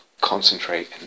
concentrate